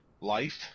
life